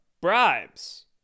bribes